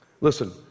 Listen